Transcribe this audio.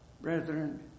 Brethren